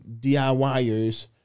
DIYers